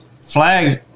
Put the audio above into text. flag